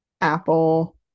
apple